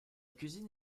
cuisine